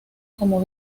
como